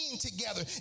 together